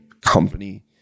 company